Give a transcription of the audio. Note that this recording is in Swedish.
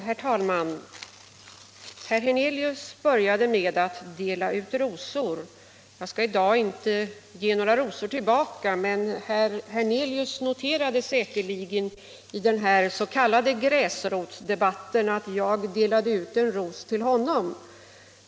Herr talman! Herr Hernelius började med att dela ut rosor. Jag skall i dag inte ge några rosor tillbaka, men herr Hernelius noterade säkerligen i den s.k. gräsrotsdebatten att jag delade ut en ros till honom.